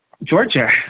Georgia